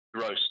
Roast